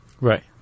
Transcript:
Right